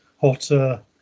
hotter